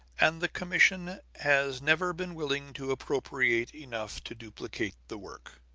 and the commission has never been willing to appropriate enough to duplicate the work.